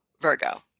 Virgo